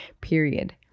period